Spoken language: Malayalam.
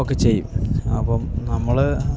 ഒക്കെ ചെയ്യും അപ്പം നമ്മൾ